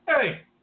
Hey